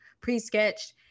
pre-sketched